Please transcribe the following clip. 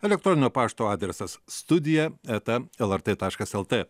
elektroninio pašto adresas studija eta lrt taškas lt